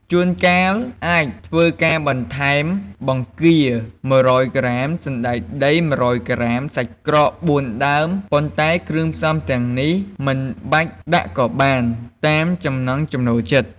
ជួនកាលអាចធ្វើការបន្ថែម បង្គា ១០០ក្រាម សណ្ដែកដី ១០០ក្រាម សាច់ក្រក ៤ដើម ប៉ុន្តែគ្រឿងផ្សំទាំងនេះមិនបាច់ដាក់ក៏បាន តាមចំណង់ចំណូលចិត្ត។